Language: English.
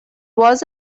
was